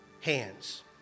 hands